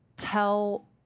tell